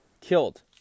killed